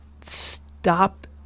stop